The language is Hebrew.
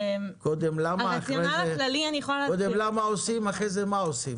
קודם למה עושים, אחרי זה מה עושים.